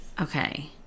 Okay